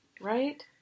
Right